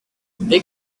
they